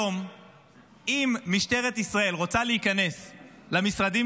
אם משטרת ישראל רוצה להיכנס למשרדים